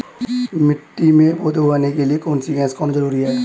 मिट्टी में पौधे उगाने के लिए कौन सी गैस का होना जरूरी है?